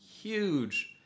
huge